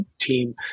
team